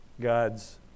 God's